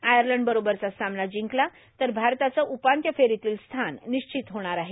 आयलडबरोबरचा सामना जिंकला तर भारताचं उपांत्य फेरांतलं स्थान र्नश्चित होणार आहे